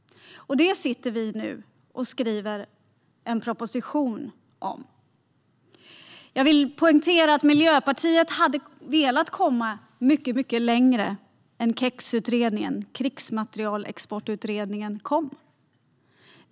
Det skriver vi nu en proposition om. Jag vill poängtera att Miljöpartiet hade velat komma mycket längre än KEX-utredningen, Krigsmaterielexportutredningen, kom.